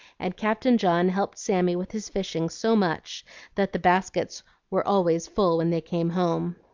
and captain john helped sammy with his fishing so much that the baskets were always full when they came home.